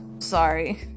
Sorry